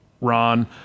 Ron